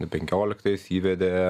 penkioliktais įvedė